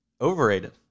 overrated